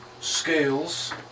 scales